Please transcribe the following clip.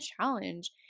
challenge